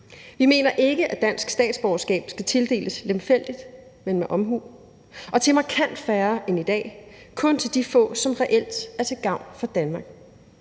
Vi mener ikke, at dansk statsborgerskab skal tildeles lemfældigt, men med omhu og til markant færre end i dag – kun til de få, som reelt er til gavn for Danmark.